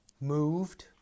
moved